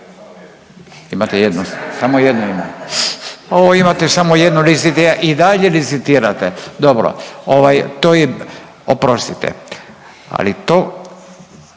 Imate jednu, samo jednu ima? O imate samo jednu i dalje licitirate. Dobro, ovaj to je, oprostite, ali to